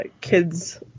kids